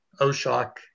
Oshock